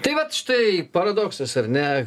tai vat štai paradoksas ar ne